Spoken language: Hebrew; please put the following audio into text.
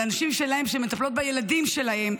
על הנשים שלהם שמטפלות בילדים שלהם,